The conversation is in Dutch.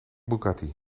bugatti